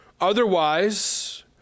Otherwise